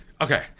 Okay